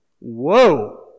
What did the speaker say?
whoa